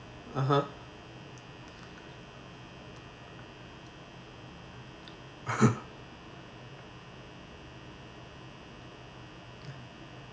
(uh huh)